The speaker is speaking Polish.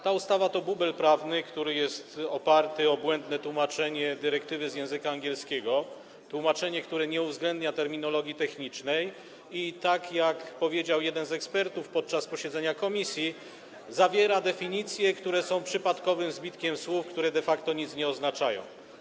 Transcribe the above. Ta ustawa to bubel prawny oparty na błędnym tłumaczeniu dyrektywy z języka angielskiego, tłumaczeniu, które nie uwzględnia terminologii technicznej i - jak powiedział jeden z ekspertów podczas posiedzenia komisji - zawiera definicje, które są przypadkowymi zbitkami słów, które de facto nic nie oznaczają.